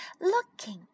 looking